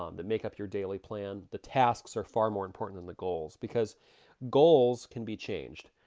um that make up your daily plan, the tasks are far more important than the goals. because goals can be changed.